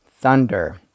thunder